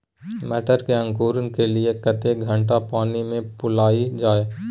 मटर के अंकुरण के लिए कतेक घंटा पानी मे फुलाईल जाय?